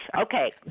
Okay